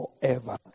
forever